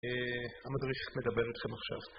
המדריך מדבר איתכם עכשיו.